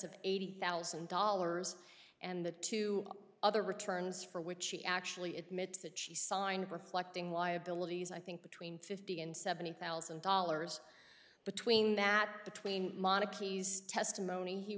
of eighty thousand dollars and the two other returns for which she actually admits that she signed reflecting why abilities i think between fifty and seventy thousand dollars between that between